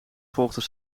volgden